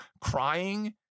crying